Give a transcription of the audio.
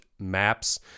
maps